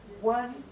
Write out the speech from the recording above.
one